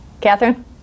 Catherine